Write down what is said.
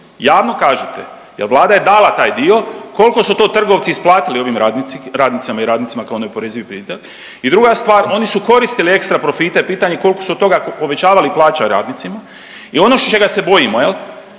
Javno kažete jel Vlada je dala taj dio, kolko su to trgovci isplatili ovim radnicama i radnicima kao neoporezivi primitak? I druga stvar, oni su koristili ekstra profite, pitanje je kolko su od toga povećavali plaće radnicima? I ono čega se bojimo jel,